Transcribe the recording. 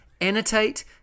annotate